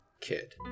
kid